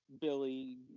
Billy